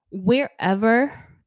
Wherever